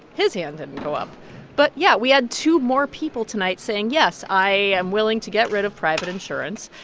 his hand didn't go up but yeah, we had two more people tonight saying, yes, i am willing to get rid of private insurance.